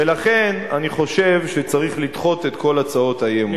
ולכן אני חושב שצריך לדחות את כל הצעות האי-אמון.